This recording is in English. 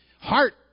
Heart